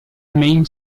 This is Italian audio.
main